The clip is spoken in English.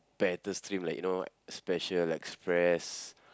better stream like you know special express